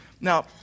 Now